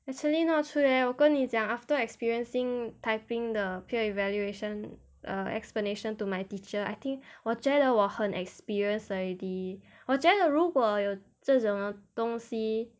actually not true eh 我跟你讲 after experiencing typing the peer evaluation uh explanation to my teacher I think 我觉得我很 experienced already 我觉得如果有这种东西